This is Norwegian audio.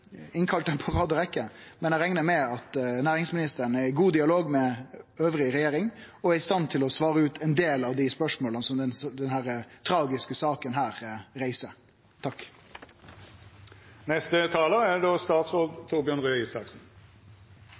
på rad og rekkje, men eg reknar med at næringsministeren er i god dialog med resten av regjeringa og i stand til å svare på ein del av dei spørsmåla som denne tragiske saka reiser. Tusen takk til interpellanten for en viktig interpellasjon. Det er